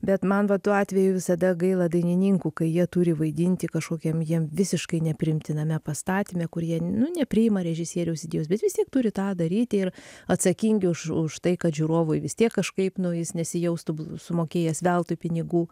bet man va tuo atveju visada gaila dainininkų kai jie turi vaidinti kažkokiam jiem visiškai nepriimtiname pastatyme kur jie nu nepriima režisieriaus idėjos bet vis tiek turi tą daryti ir atsakingi už už tai kad žiūrovui vis tiek kažkaip nu jis nesijaustų sumokėjęs veltui pinigų